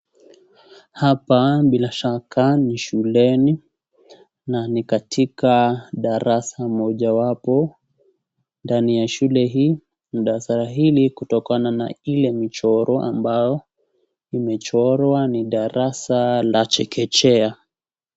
Hapa bila shaka ni shuleni na ni katika darasa mojawapo. Ndani ya shule hii, darasa hii kutokana na Ile mchoro ambao imechorwa ni darasa la chekechea.